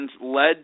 led